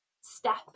step